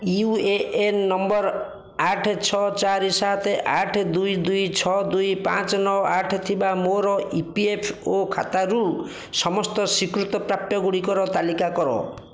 you A N number ଆଠ ଛଅ ଚାରି ସାତ ଆଠ ଦୁଇ ଦୁଇ ଛଅ ଦୁଇ ପାଞ୍ଚ ନଅ ଆଠ ଥିବା ମୋର ଇ ପି ଏଫ୍ ଓ ଖାତାରୁ ସମସ୍ତ ସ୍ଵୀକୃତ ପ୍ରାପ୍ୟ ଗୁଡ଼ିକର ତାଲିକା କର